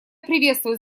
приветствует